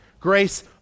Grace